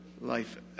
life